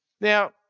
Now